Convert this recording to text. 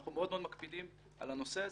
אנחנו מאוד מאוד מקפידים על הנושא הזה,